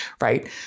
right